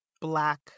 Black